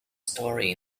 story